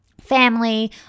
family